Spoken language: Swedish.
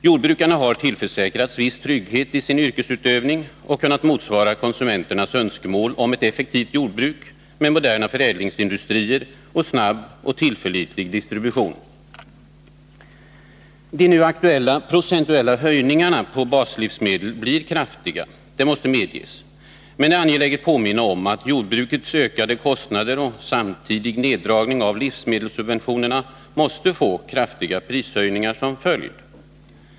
Jordbrukarna har tillförsäkrats viss trygghet i sin yrkesutövning, och de har kunnat motsvara konsumenternas önskemål om ett effektivt jordbruk med moderna förädlingsindustrier och snabb och tillförlitlig distribution. De nu aktuella procentuella höjningarna på baslivsmedel blir kraftiga, det måste medges. Men det är angeläget att påminna om att jordbrukets ökade kostnader och en samtidig reducering av livsmedelssubventionerna måste få kraftiga prishöjningar som följd.